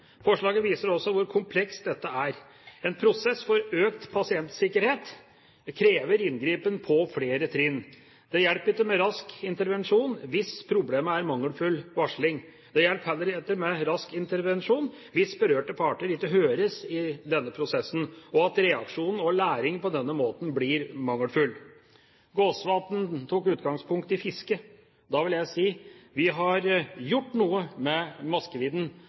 Forslaget viser også hvor komplekst dette er. En prosess for økt pasientsikkerhet krever inngripen på flere trinn. Det hjelper ikke med rask intervensjon hvis problemet er mangelfull varsling. Det hjelper heller ikke med rask intervensjon hvis berørte parter ikke høres i denne prosessen, slik at reaksjonen og læringen på denne måten blir mangelfull. Jon Jæger Gåsvatn tok utgangspunkt i fiske. Da vil jeg si: Vi har gjort noe med maskevidden,